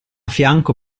fianco